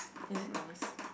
is it nice